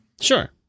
Sure